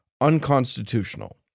unconstitutional